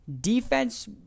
Defense